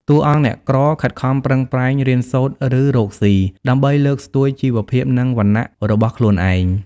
តួអង្គអ្នកក្រខិតខំប្រឹងប្រែងរៀនសូត្រ ឬរកស៊ី ដើម្បីលើកស្ទួយជីវភាព និងវណ្ណៈរបស់ខ្លួនឯង។